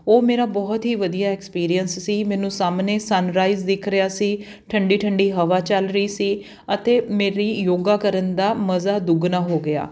ਉਹ ਮੇਰਾ ਬਹੁਤ ਹੀ ਵਧੀਆ ਐਕਸਪੀਰੀਐਂਸ ਸੀ ਮੈਨੂੰ ਸਾਹਮਣੇ ਸਨਰਾਈਜ਼ ਦਿਖ ਰਿਹਾ ਸੀ ਠੰਡੀ ਠੰਡੀ ਹਵਾ ਚੱਲ ਰਹੀ ਸੀ ਅਤੇ ਮੇਰੀ ਯੋਗਾ ਕਰਨ ਦਾ ਮਜ਼ਾ ਦੁੱਗਣਾ ਹੋ ਗਿਆ